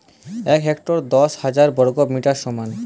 এক হেক্টর দশ হাজার বর্গমিটারের সমান